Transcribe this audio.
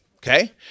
Okay